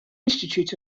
institute